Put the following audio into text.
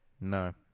No